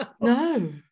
No